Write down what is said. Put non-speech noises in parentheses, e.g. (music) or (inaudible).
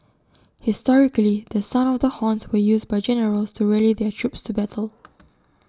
(noise) historically the sound of the horns were used by generals to rally their troops to battle (noise)